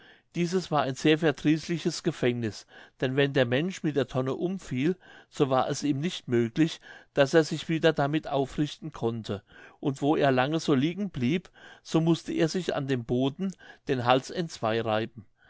dieses war ein sehr verdrießliches gefängniß denn wenn der mensch mit der tonne umfiel so war es ihm nicht möglich daß er sich wieder damit aufrichten konnte und wo er lange so liegen blieb so mußte er sich an dem boden den hals entzwei reiben